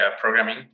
programming